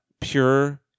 pure